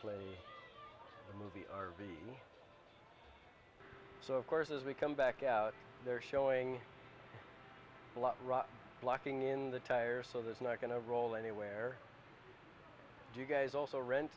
place movie r v so of course as we come back out there showing blocking in the tire so there's not going to roll anywhere you guys also rent